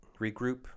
regroup